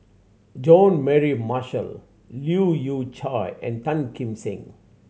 Jean Mary Marshall Leu Yew Chye and Tan Kim Seng